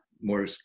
more